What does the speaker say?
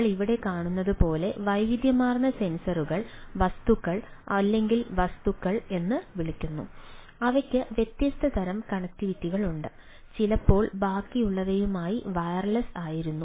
നമ്മൾ ഇവിടെ കാണുന്നത് പോലെ വൈവിധ്യമാർന്ന സെൻസറുകൾ വസ്തുക്കൾ അല്ലെങ്കിൽ വസ്തുക്കൾ എന്ന് വിളിക്കപ്പെടുന്നു അവയ്ക്ക് വ്യത്യസ്ത തരം കണക്റ്റിവിറ്റികളുണ്ട് ചിലപ്പോൾ ബാക്കിയുള്ളവയുമായി വയർലെസ് ആയിരുന്നു